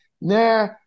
nah